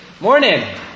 Morning